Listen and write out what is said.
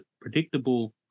predictable